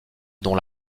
dont